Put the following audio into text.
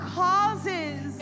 causes